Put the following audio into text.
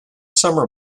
summer